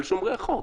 על שומרי החוק.